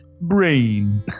brain